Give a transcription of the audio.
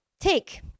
Take